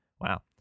Wow